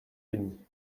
denis